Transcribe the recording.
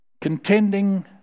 contending